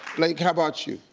blake, how about you?